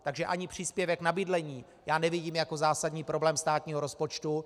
Takže ani příspěvek na bydlení já nevidím jako zásadní problém státního rozpočtu.